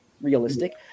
realistic